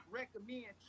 recommend